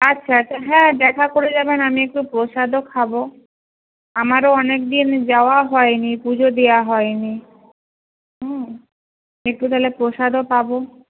আচ্ছা আচ্ছা হ্যাঁ দেখা করে যাবেন আমি একটু প্রসাদও খাব আমারও অনেকদিন যাওয়া হয়নি পুজো দেওয়া হয়নি একটু তাহলে প্রসাদও পাব